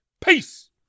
Peace